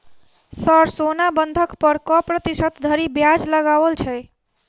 Sir सोना बंधक पर कऽ प्रतिशत धरि ब्याज लगाओल छैय?